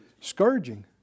Scourging